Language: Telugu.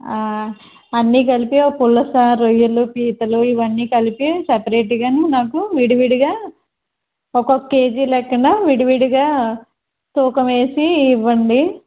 అన్నీ కలిపి ఆ పులస రొయ్యలు పీతలు ఇవన్నీ కలిపి సపరేటుగాను నాకు విడివిడిగా ఒకొక్క కేజీ లెక్కన విడివిడిగా తూకమేసి ఇవ్వండి